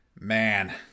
Man